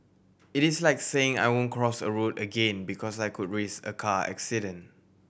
it is like saying I won't cross a road again because I could risk a car accident